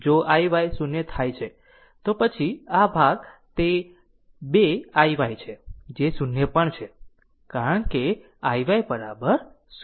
જો iy 0 થાય છે તો પછી આ ભાગ તે 2 iy છે જે 0 પણ છે કારણ કે iy 0